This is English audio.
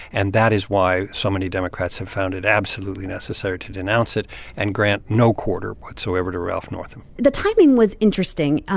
and that is why so many democrats have found it absolutely necessary to denounce it and grant no quarter whatsoever to ralph northam the timing was interesting.